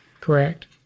Correct